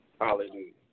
Hallelujah